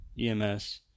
EMS